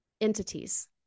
entities